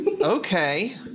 Okay